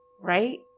Right